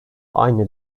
aynı